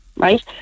Right